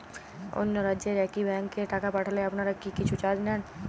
অন্য রাজ্যের একি ব্যাংক এ টাকা পাঠালে আপনারা কী কিছু চার্জ নেন?